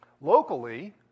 Locally